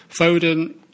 Foden